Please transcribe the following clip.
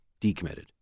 decommitted